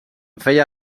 feia